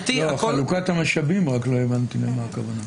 רק לא הבנתי למה הכוונה בחלוקת המשאבים.